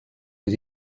aux